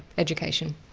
education.